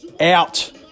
Out